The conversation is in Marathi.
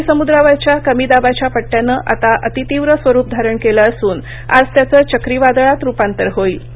अरबी समुद्रावरच्या कमीदाबाच्या पट्ट्यानं आता अतीतीव्र स्वरूप धारण केलं असून आज त्याचं चक्रीवादळात रुपातर होईल